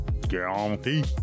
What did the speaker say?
Guarantee